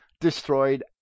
destroyed